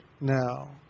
now